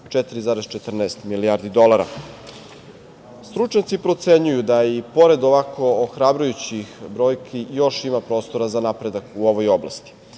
4,14 milijardi dolara. Stručnjaci procenjuju da i pored ovako ohrabrujućih brojki još ima prostora za napredak u ovoj oblasti.